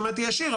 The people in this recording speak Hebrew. שמעתי ישיר,